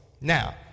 Now